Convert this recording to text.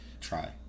try